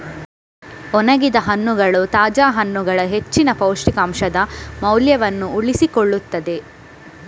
ಒಣಗಿದ ಹಣ್ಣುಗಳು ತಾಜಾ ಹಣ್ಣುಗಳ ಹೆಚ್ಚಿನ ಪೌಷ್ಟಿಕಾಂಶದ ಮೌಲ್ಯವನ್ನು ಉಳಿಸಿಕೊಳ್ಳುತ್ತವೆ